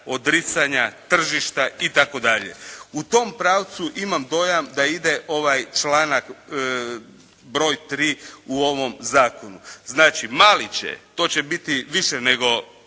odricanja, tržišta itd. U tom pravcu, imam dojam da ide ovaj članak broj 3. u ovom zakonu. Znači, mali će, to će biti više nego